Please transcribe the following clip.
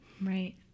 Right